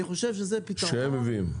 שהם מביאים.